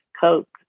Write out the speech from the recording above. Coke